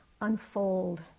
unfold